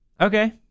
Okay